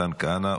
מתן כהנא,